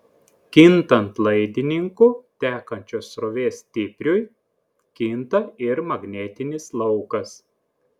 kintant laidininku tekančios srovės stipriui kinta ir magnetinis laukas